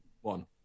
one